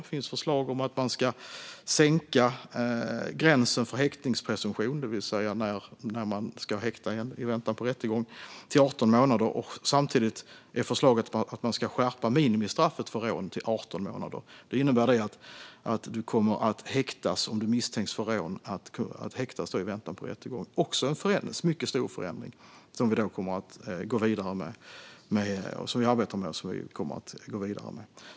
Det finns förslag om att man ska sänka gränsen för häktningspresumtion, det vill säga när någon ska häktas i väntan på rättegång, till 18 månader. Samtidigt är förslaget att man ska skärpa minimistraffet för rån till 18 månader, vilket innebär att den som misstänks för rån kommer att häktas i väntan på rättegång. Det är också en mycket stor förändring som vi arbetar med och kommer att gå vidare med.